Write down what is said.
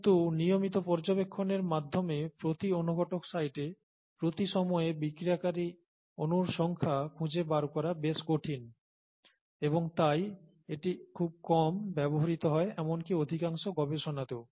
কিন্তু নিয়মিত পর্যবেক্ষণের মাধ্যমে প্রতি অনুঘটক সাইটে প্রতি সময়ে বিক্রিয়াকারী অণুর সংখ্যা খুঁজে বার করা বেশ কঠিন এবং তাই এটি খুব কম ব্যবহৃত হয় এমনকি অধিকাংশ গবেষণাতেও